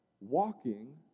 walking